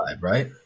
right